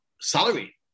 salary